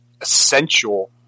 essential